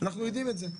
אנחנו יודעים את זה.